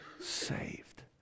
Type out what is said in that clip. saved